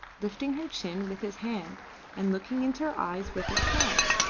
lifting her chin with his hand and looking into her eyes with a smile.